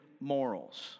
morals